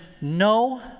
no